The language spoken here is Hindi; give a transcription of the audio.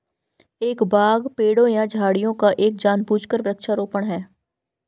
एक बाग पेड़ों या झाड़ियों का एक जानबूझकर वृक्षारोपण है